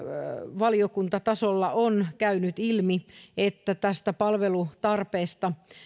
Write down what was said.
valiokuntatasolla on käynyt ilmi että tästä palvelutarpeesta